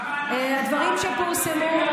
דברים שפורסמו,